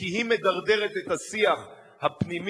כי היא מדרדרת את השיח הפנימי,